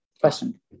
Question